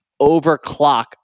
overclock